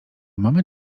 mamy